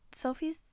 Sophie's